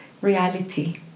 reality